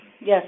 Yes